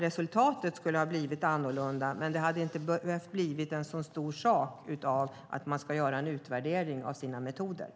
Resultatet hade inte blivit annorlunda, men det hade inte behövt bli en så stor sak av att det ska göras en utvärdering av metoderna.